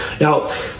Now